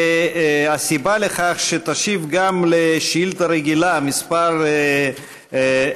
והסיבה לכך היא שתשיב גם על שאילתה רגילה מס' 1024,